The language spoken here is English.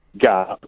gap